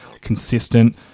Consistent